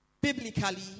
Biblically